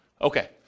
Okay